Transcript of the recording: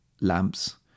lamps